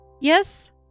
Yes